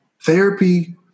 therapy